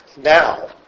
now